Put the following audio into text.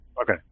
Okay